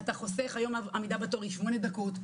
היום עמידה בתור היא שמונה דקות.